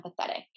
empathetic